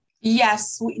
Yes